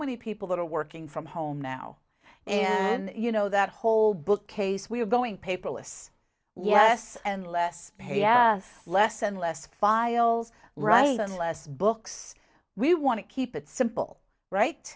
many people that are working from home now and you know that whole bookcase we are going paperless yes and less less and less files right unless books we want to keep it simple right